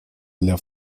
для